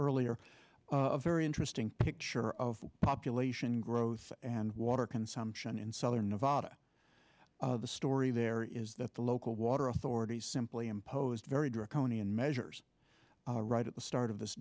earlier a very interesting picture of population growth and water consumption in southern nevada the story there is that the local water authorities simply imposed very draconian measures right at the start of this